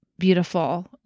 Beautiful